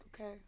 Okay